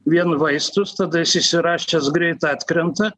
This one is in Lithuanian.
vien vaistus tada jis išsirašęs greit atkrenta